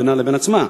בינה לבין עצמה,